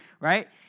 right